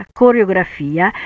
coreografia